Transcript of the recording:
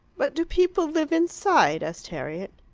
but do people live inside? asked harriet.